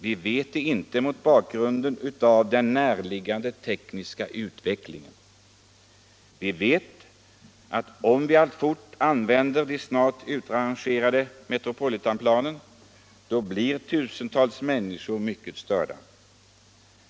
Vi vet det icke mot bakgrunden av den närliggande tekniska utvecklingen. Vi vet att om vi alltfort använder de snart utrangerade Metropolitan-planen blir tusentals människor mycket störda.